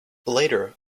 later